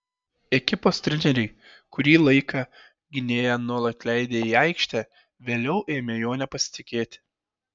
ekipos treneriai kurį laiką gynėją nuolat leidę į aikštę vėliau ėmė juo nepasitikėti